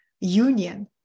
union